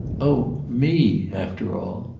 oh me' after all!